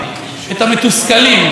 זה כבר לא חמוצים ולא ממורמרים,